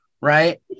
Right